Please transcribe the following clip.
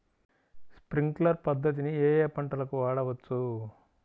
Sprinkler పద్ధతిని ఏ ఏ పంటలకు వాడవచ్చు?